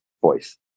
voice